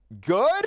good